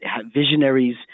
visionaries